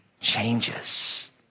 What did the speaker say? changes